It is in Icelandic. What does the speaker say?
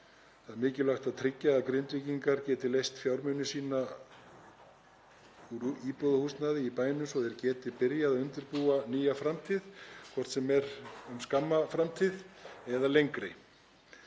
Það er mikilvægt að tryggja að Grindvíkingar geti leyst fjármuni sína úr íbúðarhúsnæði í bænum svo þeir geti byrjað að undirbúa nýja framtíð, hvort sem er um skamma framtíð eða lengri.